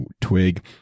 twig